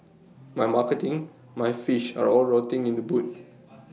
my marketing my fish are all rotting in the boot